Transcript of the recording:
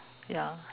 ya